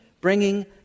bringing